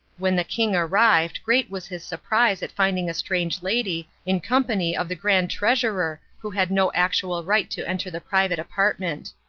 when the king arrived great was his surprise at finding a strange lady in company of the grand treasurer who had no actual right to enter the private apartment.